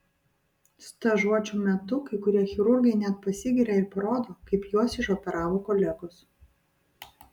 stažuočių metu kai kurie chirurgai net pasigiria ir parodo kaip juos išoperavo kolegos